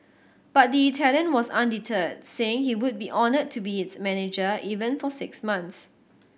but the Italian was undeterred saying he would be honoured to be its manager even for six months